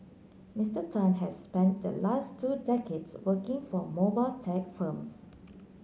Mister Tan has spent the last two decades working for mobile tech firms